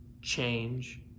Change